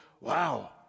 wow